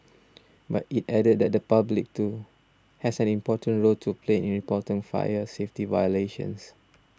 but it added that the public too has an important role to play in reporting fire safety violations